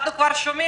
אנחנו כבר שומעים,